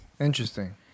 Interesting